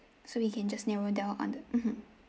so we can just narrow down on the mmhmm